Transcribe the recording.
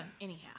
anyhow